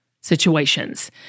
situations